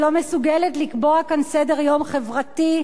שלא מסוגלת לקבוע כאן סדר-יום חברתי,